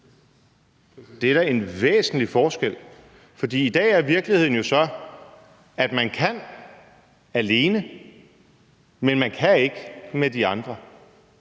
Det er da en væsentlig forskel. For i dag er virkeligheden jo så, at man kan gøre det alene, men at man ikke kan gøre